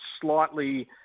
slightly